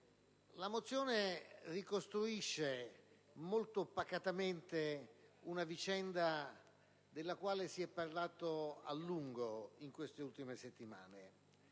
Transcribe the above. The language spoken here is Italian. la mozione ricostruisce molto pacatamente una vicenda della quale si è parlato a lungo in queste ultime settimane.